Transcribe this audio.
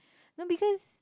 no because